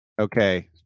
Okay